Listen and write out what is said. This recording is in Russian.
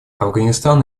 афганистан